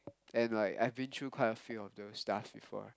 and like I'm been through quite a few of those stuff before